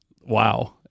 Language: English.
wow